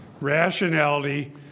Rationality